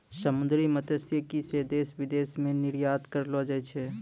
समुन्द्री मत्स्यिकी से देश विदेश मे निरयात करलो जाय छै